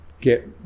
get